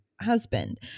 husband